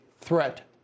threat